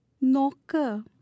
Knocker